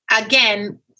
Again